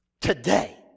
today